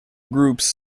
groups